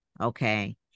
okay